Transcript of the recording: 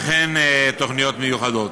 וכן תוכניות מיוחדות".